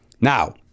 Now –